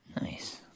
Nice